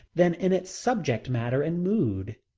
than in its subject-matter and mood.